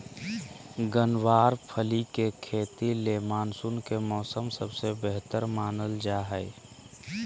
गँवार फली के खेती ले मानसून के मौसम सबसे बेहतर मानल जा हय